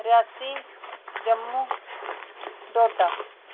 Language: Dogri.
रियासी जम्मू डोडा